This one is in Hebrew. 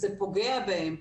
זה פוגע בהם,